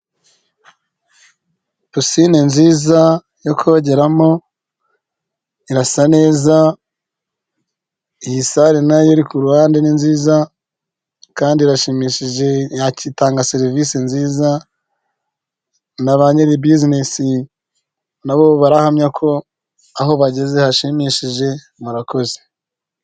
Pisine nziza yo kogeramo irasa neza, iyi sare nayo iri ku ruhande ni nziza kandi irashimishije yatanga serivise nziza, na ba nyiri bizinesi nabo barahamya ko aho bageze hashimishije, murakoze!